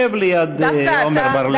שב ליד עמר בר-לב.